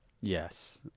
Yes